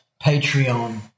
Patreon